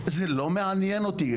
זה לא מעניין אותי,